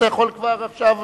אתה יכול כבר עכשיו,